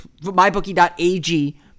mybookie.ag